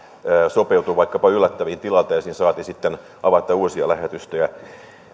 sopeutua vaikkapa yllättäviin tilanteisiin saati sitten avata uusia lähetystöjä